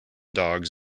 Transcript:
dogs